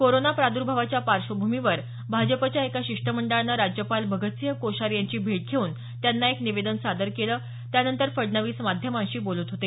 corona प्राद्भावाच्या पार्श्वभूमीवर भाजपच्या एका शिष्टमंडळाने राज्यपाल भगतसिंह कोश्यारी यांची भेट घेऊन त्यांना एक निवेदन सादर केलं त्यानंतर फडणवीस माध्यमांशी बोलत होते